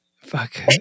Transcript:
fuck